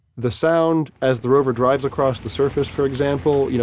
the sound as the rover drives across the surface for example, you know